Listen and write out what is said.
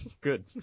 good